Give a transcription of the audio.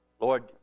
Lord